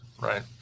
Right